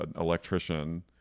electrician